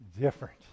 Different